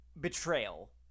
betrayal